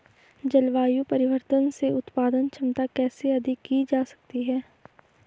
जलवायु परिवर्तन से उत्पादन क्षमता कैसे अधिक की जा सकती है?